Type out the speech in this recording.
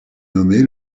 nommé